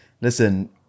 listen